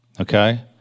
okay